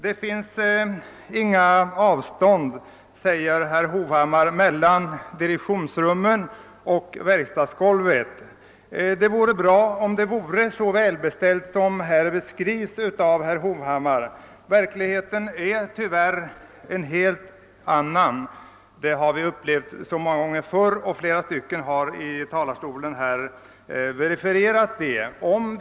Det finns inga avstånd mellan direktionsrummet och verkstadsgolvet, sade herr Hovhammar. Ja, det skulle ju vara bra om det vore så lyckligt beställt. Men verkligheten är tyvärr en helt annan; det har vi upplevt många gånger. Många talare har också från denna plats verifierat den saken.